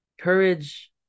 courage